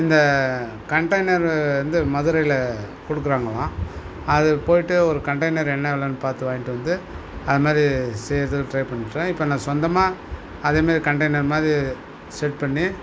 இந்த கன்டெய்னரு வந்து மதுரையில கொடுக்குறாங்களாம் அதை போய்ட்டு ஒரு கன்டெய்னர் என்ன வெலன்னு பார்த்து வாங்கிகிட்டு வந்து அத மாரி செய்யறதுக்கு ட்ரை பண்ணுறேன் இப்போ நான் சொந்தமாக அதேமாதிரி கன்டெய்னர் மாதிரி செட் பண்ணி